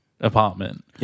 apartment